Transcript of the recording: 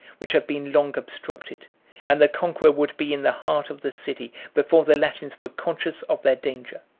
which had been long obstructed and the conqueror would be in the heart of the city before the latins were conscious of their danger.